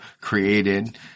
created